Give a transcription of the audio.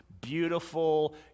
beautiful